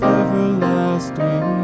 everlasting